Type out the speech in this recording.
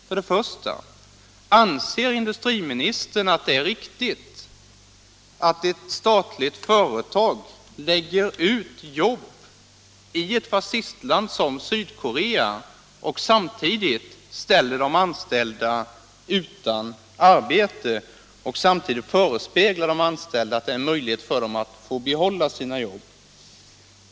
Den första frågan var: Anser industriministern att det är riktigt att ett statligt företag lägger ut jobb i ett fascistland som Sydkorea och ställer de anställda utan jobb men samtidigt förespeglar de anställda att det är möjligt för dem att få behålla sina jobb?